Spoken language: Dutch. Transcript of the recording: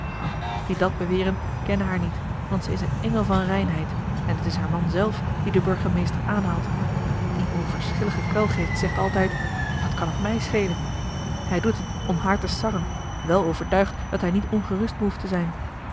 die dat beweren kennen haar niet want zij is een engel van reinheid en t is haar man zelf die den burgemeester aanhaalt die onverschillige kwelgeest zegt altijd wat kan t mij schelen hij doet het om haar te sarren wel overtuigd dat hij niet ongerust behoeft te zijn